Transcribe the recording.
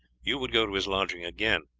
you would go to his lodging again,